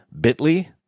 bit.ly